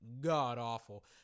god-awful